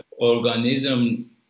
organism